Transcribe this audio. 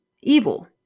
evil